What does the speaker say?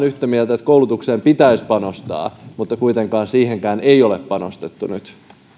yhtä mieltä että koulutukseen pitäisi panostaa mutta kuitenkaan siihenkään ei ole panostettu nyt